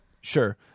Sure